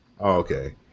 Okay